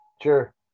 sure